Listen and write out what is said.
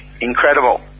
incredible